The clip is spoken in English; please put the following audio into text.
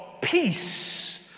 peace